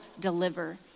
deliver